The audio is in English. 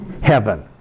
Heaven